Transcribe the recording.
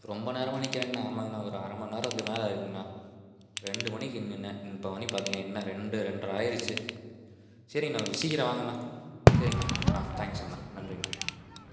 ரொம்ப நேரமாக நிற்கிறேங்கண்ணா ஆமாங்கண்ணா ஒரு அரை மணி நேரத்துக்கு மேலே ஆகிருக்குங்கண்ணா ரெண்டு மணிக்கு நின்றேன் இப்போ மணி பார்த்தீங்கன்னா என்ன ரெண்டு ரெண்ரை ஆகிருச்சி சரிங்கண்ணா கொஞ்சம் சீக்கிரம் வாங்கண்ணா சரிங்கண்ணா ஆ தேங்க்ஸுங்கண்ணா நன்றிங்கண்ணா